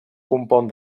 compon